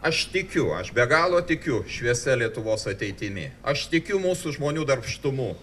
aš tikiu aš be galo tikiu šviesia lietuvos ateitimi aš tikiu mūsų žmonių darbštumu